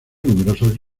numerosos